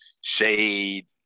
shade